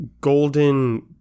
golden